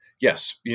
Yes